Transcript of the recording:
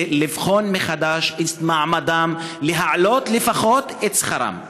לבחון מחדש את מעמדם, להעלות לפחות את שכרם.